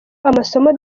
amasomo